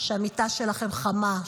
שהמיטה שלכם חמה,